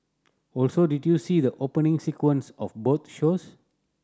also did you see the opening sequence of both shows